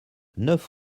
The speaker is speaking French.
neuf